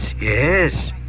Yes